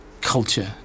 culture